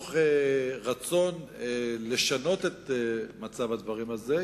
מתוך רצון לשנות את מצב הדברים הזה,